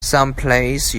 someplace